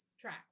track